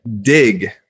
dig